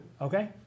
okay